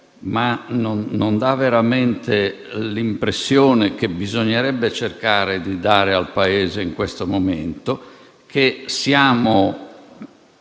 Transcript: ma non dà veramente l'impressione che bisognerebbe cercare di dare al Paese in questo momento, in cui siamo